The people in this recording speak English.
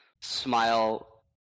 smile